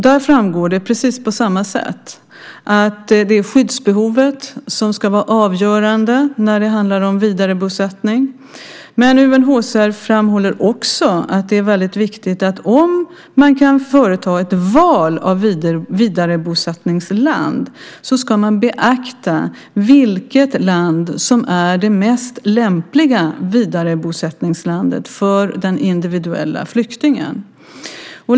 Där framgår det precis på samma sätt att det är skyddsbehovet som ska vara avgörande när det handlar om vidarebosättning. Men UNHCR framhåller också att det är väldigt viktigt att om man kan företa ett val av vidarebosättningsland ska man beakta vilket land som är det mest lämpliga vidarebosättningslandet för den individuella flyktingen.